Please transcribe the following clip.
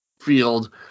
field